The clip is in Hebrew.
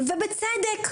ובצדק.